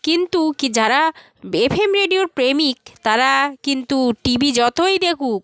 কিন্তু কি যারা এফএম রেডিওর প্রেমিক তারা কিন্তু টিভি যতই দেখুক